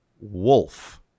wolf